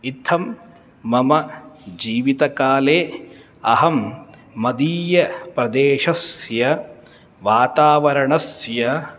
इथं मम जीवितकाले अहं मदीयप्रदेशस्य वातावरणस्य